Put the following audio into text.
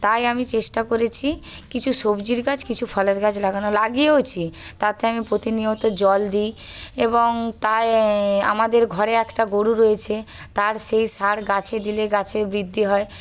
তাই আমি চেষ্টা করেছি কিছু সবজির গাছ কিছু ফলের গাছ লাগানো লাগিয়েওছি তাতে আমি প্রতিনিয়ত জল দিই এবং তাই আমাদের ঘরে একটা গরু রয়েছে তার সেই সার গাছে দিলে গাছের বৃ্দ্ধি হয়